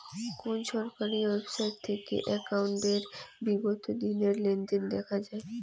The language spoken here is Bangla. কোন সরকারি ওয়েবসাইট থেকে একাউন্টের বিগত দিনের লেনদেন দেখা যায়?